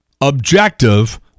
objective